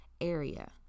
area